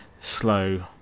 slow